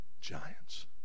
giants